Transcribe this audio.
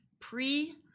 pre